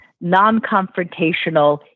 non-confrontational